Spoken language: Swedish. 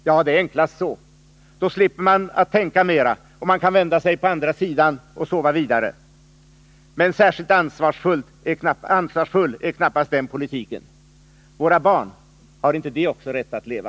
Ja, det är enklast så — då slipper man tänka mera, och man kan vända sig på andra sidan och sova vidare. Men särskilt ansvarsfull är knappast den politiken. Våra barn, har inte de också rätt att leva?